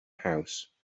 house